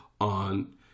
on